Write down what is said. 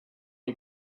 who